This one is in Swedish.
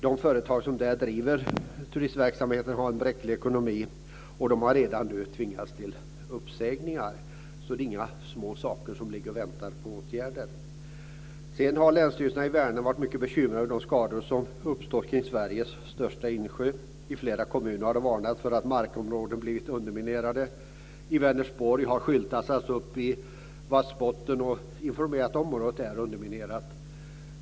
De företag som driver turistverksamheten har en bräcklig ekonomi och har redan tvingats till uppsägningar. Det är alltså inte några små uppgifter som ligger och väntar på åtgärder. Länsstyrelserna i länen runt Vänern har varit mycket bekymrade över de skador som har uppstått kring Sveriges största insjö. Det har i flera kommuner varnats för att markområden har blivit underminerade. I Vassbotten, Vänersborg, har man satt upp skyltar med information om att området är underminerat.